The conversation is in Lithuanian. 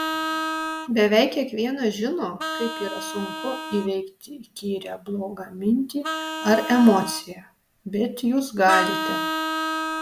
beveik kiekvienas žino kaip yra sunku įveikti įkyrią blogą mintį ar emociją bet jūs galite